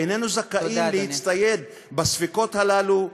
איננו זכאים להצטייד בספקות הללו?